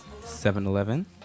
7-Eleven